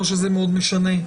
לא שזה מאוד משנה.